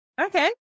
Okay